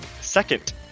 second